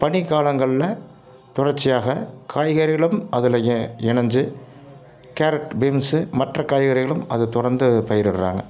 பனி காலங்களில் தொடர்ச்சியாக காய்கறிகளும் அதுலேயே இணைஞ்சி கேரட் பீன்ஸு மற்ற காய்கறிகளும் அதை தொடர்ந்து பயிரிடுறாங்க